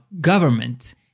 government